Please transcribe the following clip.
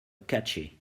catchy